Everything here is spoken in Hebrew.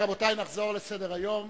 רבותי חברי הכנסת,